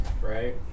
right